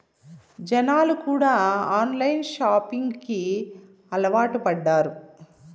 జనాలు కూడా online shopping కి అలవాటు పడ్డారు